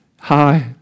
Hi